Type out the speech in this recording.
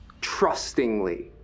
trustingly